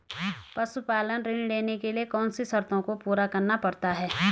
पशुपालन ऋण लेने के लिए कौन सी शर्तों को पूरा करना पड़ता है?